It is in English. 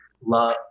love